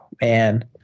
Man